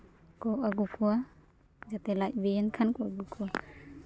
ᱠᱚ ᱟᱹᱜᱩ ᱠᱚᱣᱟ ᱡᱟᱛᱮ ᱞᱟᱡᱽ ᱵᱤᱭᱮᱱ ᱠᱷᱟᱱ ᱠᱚ ᱟᱹᱜᱩ ᱠᱚᱣᱟ